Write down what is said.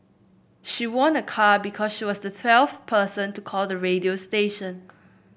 she won a car because she was the twelfth person to call the radio station